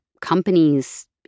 companies